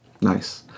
Nice